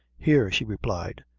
here, she replied,